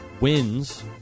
wins